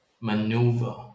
maneuver